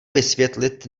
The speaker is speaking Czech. vysvětlit